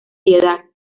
piedad